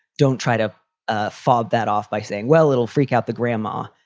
don't try to ah fob that off by saying, well, it'll freak out the grandma.